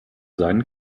sein